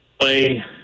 play